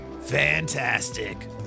Fantastic